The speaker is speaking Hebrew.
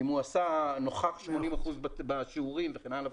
אם הוא נוכח 80 אחוזים בשיעורים וכן הלאה,